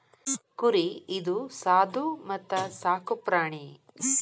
ಕುರಿ ಇದು ಸಾದು ಮತ್ತ ಸಾಕು ಪ್ರಾಣಿ